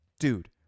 Dude